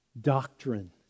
Doctrine